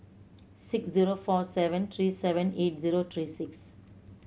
six zero four seven three seven eight zero three six